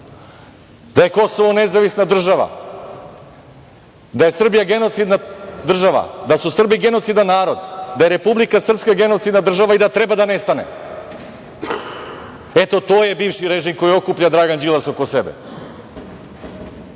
da je Kosovo nezavisna država, da je Srbija genocidna država, da su Srbi genocidan narod, da je Republika Srpska genocidna država i da treba da nestane. Eto, to je bivši režim koji okuplja Dragan Đilas oko sebe